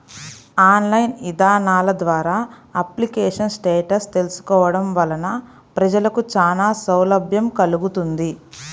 online ఇదానాల ద్వారా application status తెలుసుకోవడం వలన ప్రజలకు చానా సౌలభ్యం కల్గుతుంది